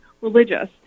religious